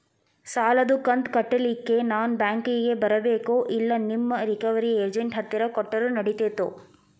ಸಾಲದು ಕಂತ ಕಟ್ಟಲಿಕ್ಕೆ ನಾನ ಬ್ಯಾಂಕಿಗೆ ಬರಬೇಕೋ, ಇಲ್ಲ ನಿಮ್ಮ ರಿಕವರಿ ಏಜೆಂಟ್ ಹತ್ತಿರ ಕೊಟ್ಟರು ನಡಿತೆತೋ?